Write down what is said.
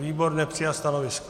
Výbor nepřijal stanovisko.